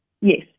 Yes